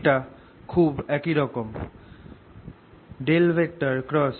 এটা খুব একই রকম